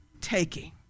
taking